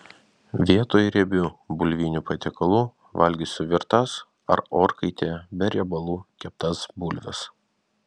vietoj riebių bulvinių patiekalų valgysiu virtas ar orkaitėje be riebalų keptas bulves